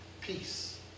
Peace